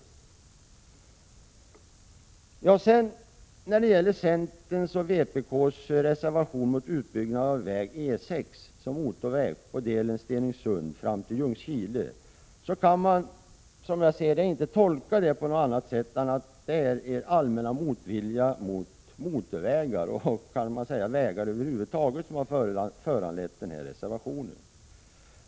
När det sedan gäller centerns och vpk:s reservationer mot utbyggnad av väg E 6 som motorväg på delen Stenungssund fram till Ljungskile kan man, som jag ser det, inte tolka det hela på annat sätt än att det är er allmänna motvilja mot motorvägar — och kanske vägar över huvud taget — som har föranlett de här reservationerna.